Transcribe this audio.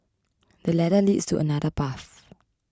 the ladder leads to another path